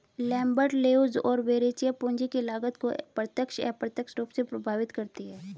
Lambert, Leuz और Verrecchia, पूंजी की लागत को प्रत्यक्ष, अप्रत्यक्ष रूप से प्रभावित करती है